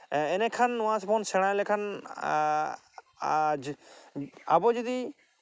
ᱮᱸᱰᱮᱠᱷᱟᱱ ᱱᱚᱣᱟ ᱵᱚᱱ ᱥᱮᱬᱟ ᱞᱮᱠᱟᱱ ᱟᱵᱚ ᱡᱩᱫᱤ